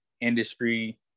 industry